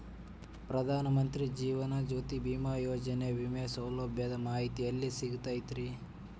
ಪ್ರಧಾನ ಮಂತ್ರಿ ಜೇವನ ಜ್ಯೋತಿ ಭೇಮಾಯೋಜನೆ ವಿಮೆ ಸೌಲಭ್ಯದ ಮಾಹಿತಿ ಎಲ್ಲಿ ಸಿಗತೈತ್ರಿ?